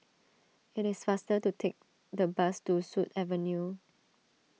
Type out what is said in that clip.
it is faster to take the bus to Sut Avenue